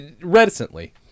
Reticently